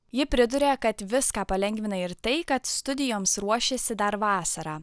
ji priduria kad viską palengvina ir tai kad studijoms ruošėsi dar vasarą